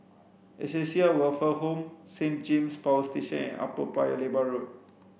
Acacia Welfare Home Saint James Power Station and Upper Paya Lebar Road